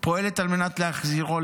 פועלת על מנת להחזירו.